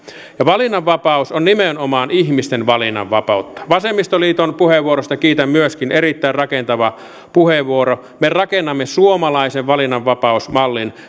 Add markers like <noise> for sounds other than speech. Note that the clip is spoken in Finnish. ja valinnanvapaus on nimenomaan ihmisten valinnanvapautta vasemmistoliiton puheenvuorosta kiitän myöskin erittäin rakentava puheenvuoro me rakennamme suomalaisen valinnanvapausmallin <unintelligible>